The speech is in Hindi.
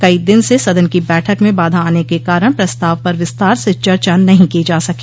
कई दिन से सदन की बैठक में बाधा आने के कारण प्रस्ताव पर विस्तार से चर्चा नहीं की जा सकी